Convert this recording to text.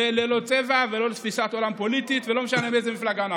ללא קשר לצבע ולתפיסת עולם פוליטית ולא משנה באיזו מפלגה אנחנו.